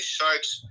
Sharks